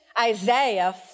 Isaiah